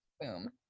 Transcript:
Boom